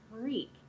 freak